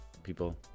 people